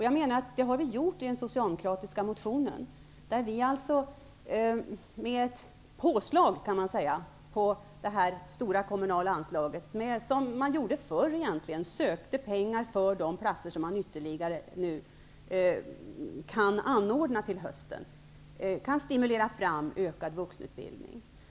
Jag menar att vi har gjort det i den socialdemokratiska motionen genom ett påslag på detta stora kommunala anslag, egentligen på det sätt som man gjorde förr, dvs. sökte pengar för de ytterligare platser som man kan anordna till hösten. På detta sätt kan ökad vuxenutbildning stimuleras fram.